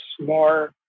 more